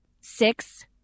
Six